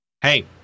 Hey